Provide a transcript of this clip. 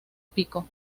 pico